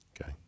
Okay